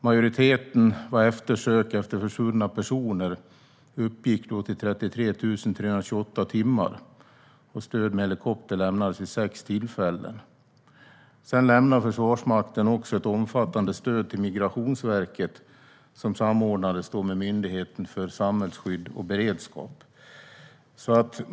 Majoriteten av dessa var eftersök efter försvunna personer och uppgick till 33 328 timmar. Stöd med helikopter lämnades vid sex tillfällen. Försvarsmakten lämnade också ett omfattande stöd till Migrationsverket som samordnades med Myndigheten för samhällsskydd och beredskap.